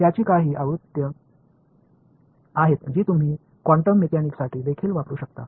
याची काही आवृत्त्या आहेत जी तुम्ही क्वांटम मेकॅनिकसाठी देखील वापरू शकता